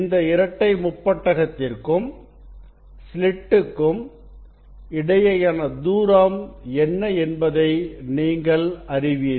இந்த இரட்டை முப்பட்டகத்திற்கும் ஸ்லிட் க்கும் இடையிலான தூரம் என்ன என்பதை நீங்கள் அறிவீர்கள்